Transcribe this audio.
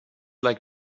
like